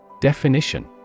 Definition